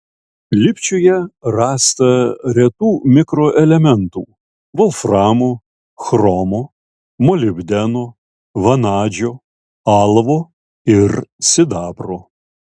lipčiuje rasta retų mikroelementų volframo chromo molibdeno vanadžio alavo ir sidabro